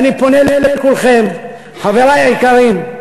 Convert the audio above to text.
ואני פונה לכולכם, חברי היקרים: